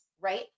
right